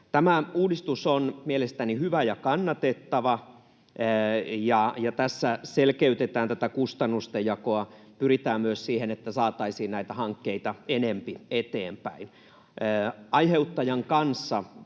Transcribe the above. Tämä uudistus on mielestäni hyvä ja kannatettava. Tässä selkeytetään tätä kustannusten jakoa ja pyritään myös siihen, että saataisiin näitä hankkeita enempi eteenpäin. Ministeri totesi,